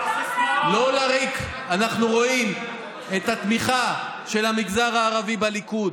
לא לריק אנחנו רואים את התמיכה של המגזר הערבי בליכוד,